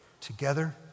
Together